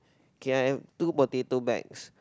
k I have two potato bags